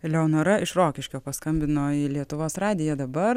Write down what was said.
eleonora iš rokiškio paskambino į lietuvos radiją dabar